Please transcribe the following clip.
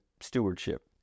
stewardship